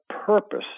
purpose